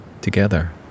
Together